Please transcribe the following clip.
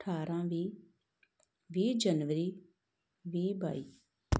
ਅਠਾਰ੍ਹਾਂ ਵੀਹ ਵੀਹ ਜਨਵਰੀ ਵੀਹ ਬਾਈ